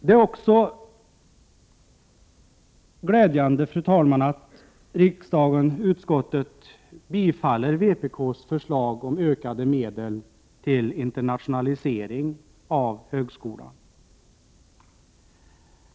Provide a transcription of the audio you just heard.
Det är även glädjande att utskottet tillstyrker vpk:s förslag om ökade medel till internationalisering av högskolan.